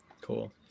Cool